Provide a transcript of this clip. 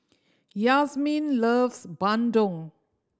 Yasmeen loves bandung